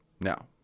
Now